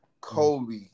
Kobe